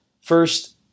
First